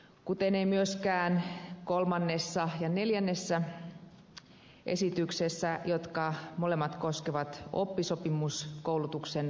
näin ei tehdä myöskään kolmannessa ja neljännessä esityksessä jotka molemmat koskevat oppisopimuskoulutuksen rahoitusta